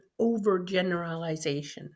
overgeneralization